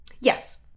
Yes